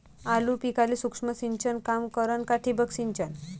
आलू पिकाले सूक्ष्म सिंचन काम करन का ठिबक सिंचन?